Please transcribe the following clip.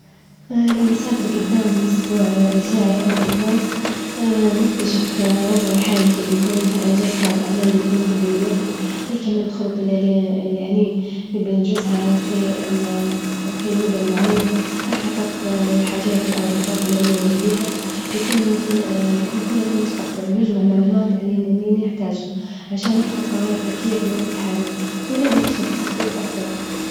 لونسافر جدام الأسبوع الجاي أوجدام بنكتشف وظعي الحالي كيف بيكون? هل أنجزت بعظ الأعمال إللي كنت بدنا نديرها? هل كملت خططي إللي إني- إللي نبي ننجزها في في المدة المعينة? هل حججت الحاجات الرغبات إللي أنا نبيها? يكون مثلا بيكون كله في المستجبل، ونجمع معلومات عن إللي نحتاجه، عشان نتخذ جرارات ذكية في الوجت الحالي، بكون عندي فرصة في التخطيط أفظل.